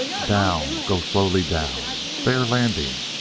down go slowly, down. they are landing.